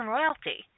Royalty